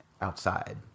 outside